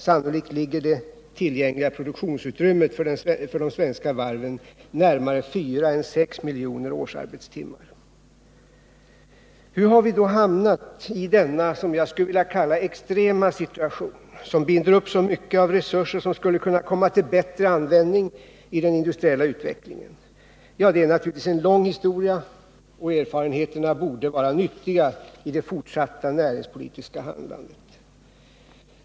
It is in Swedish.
Sannolikt ligger det tillgängliga produktionsutrymmet för de svenska varven närmare 4 miljoner än 6 miljoner årsarbetstimmar. Hur har vi då hamnat i denna — som jag vill kalla den — extrema situation, vilken binder upp så mycket av resurser som skulle komma till bättre användning i den industriella utvecklingen? Ja, det är naturligtvis en lång historia, och erfarenheterna borde vara nyttiga i det fortsatta näringspolitiska handlandet.